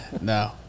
No